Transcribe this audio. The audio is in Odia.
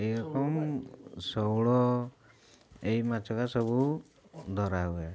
ଏଇ ରକମ୍ ଶେଉଳ ଏଇ ମାଛଏକା ସବୁ ଧରା ହୁଏ